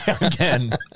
again